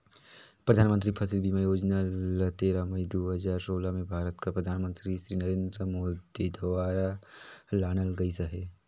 परधानमंतरी फसिल बीमा योजना ल तेरा मई दू हजार सोला में भारत कर परधानमंतरी सिरी नरेन्द मोदी दुवारा लानल गइस अहे